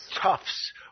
Tufts